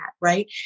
right